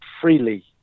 freely